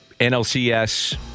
NLCS